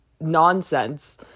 nonsense